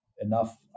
enough